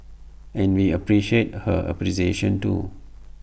and we appreciate her appreciation too